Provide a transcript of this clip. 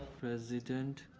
president.